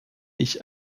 ich